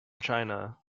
china